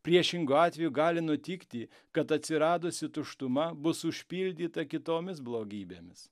priešingu atveju gali nutikti kad atsiradusi tuštuma bus užpildyta kitomis blogybėmis